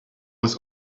was